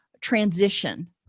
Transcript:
transition